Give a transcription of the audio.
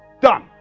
Done